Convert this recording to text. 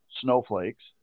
snowflakes